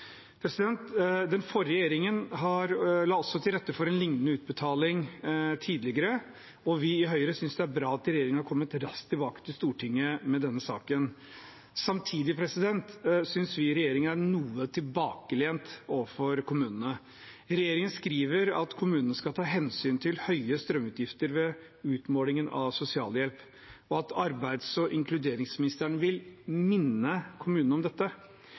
situasjonen. Den forrige regjeringen la også til rette for en lignende utbetaling tidligere. Vi i Høyre synes det er bra at regjeringen har kommet raskt tilbake til Stortinget med denne saken. Samtidig synes vi regjeringen er noe tilbakelent overfor kommunene. Regjeringen skriver at kommunene skal ta hensyn til høye strømpriser ved utmålingen av sosialhjelp, og at arbeids- og inkluderingsministeren vil «minne kommunene» om dette.